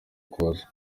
koza